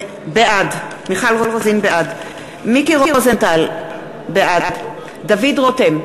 בעד מיקי רוזנטל, בעד דוד רותם,